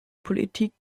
politik